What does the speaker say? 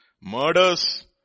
murders